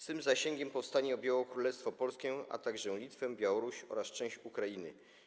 Swym zasięgiem powstanie objęto Królestwo Polskie, a także Litwę, Białoruś oraz część Ukrainy.